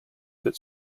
that